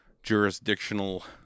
jurisdictional